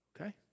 Okay